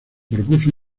propuso